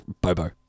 Bobo